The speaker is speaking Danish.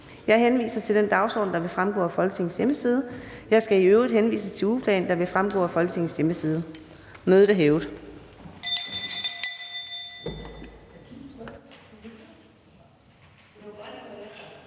Jeg henviser til den dagsorden, der vil fremgå af Folketingets hjemmeside. Jeg skal i øvrigt henvise til ugeplanen, der vil fremgå af Folketingets hjemmeside. Mødet er hævet.